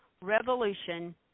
revolution